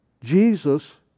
Jesus